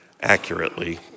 accurately